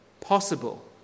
possible